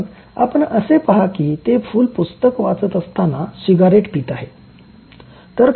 मग आपण असे पहा की ते फुल पुस्तक वाचत असताना सिगारेट पीत आहे